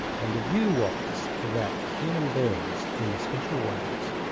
and the view was that human beings, in special ways,